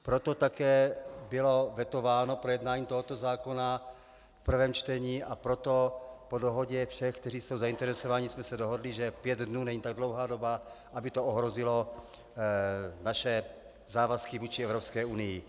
Proto také bylo vetováno projednání tohoto zákona v prvém čtení a proto po dohodě všech, kteří jsou zainteresováni, jsme se dohodli, že pět dnů není tak dlouhá doba, aby to ohrozilo naše závazky vůči Evropské unii.